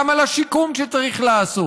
גם על השיקום שצריך לעשות,